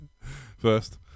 First